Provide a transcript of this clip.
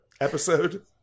episode